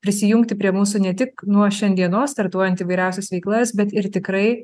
prisijungti prie mūsų ne tik nuo šiandienos startuojant įvairiausias veiklas bet ir tikrai